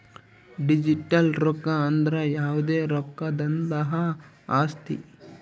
digital ರೊಕ್ಕ ಅಂದ್ರ ಯಾವ್ದೇ ರೊಕ್ಕದಂತಹ ಆಸ್ತಿ